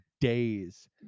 days